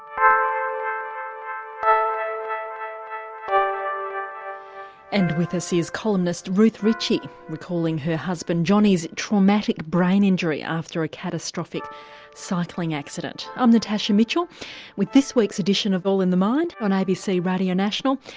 um and with us is columnist ruth ritchie recalling her husband jhonnie's traumatic brain injury after a catastrophic cycling accident. i'm natasha mitchell with this week's edition of all in the mind on abc radio national,